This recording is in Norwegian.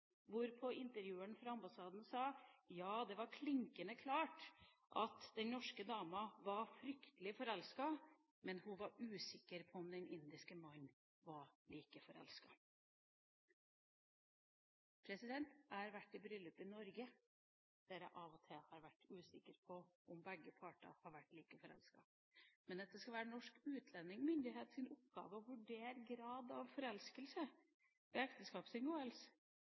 fra ambassaden sa det var klinkende klart at den norske dama var fryktelig forelsket, men hun var usikker på om den indiske mannen var like forelsket. Jeg har vært i bryllup i Norge der jeg av og til har vært usikker på om begge parter har vært like forelsket, men at det skal være norske utlendingsmyndigheters oppgave å vurdere grad av forelskelse ved ekteskapsinngåelse,